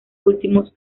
últimos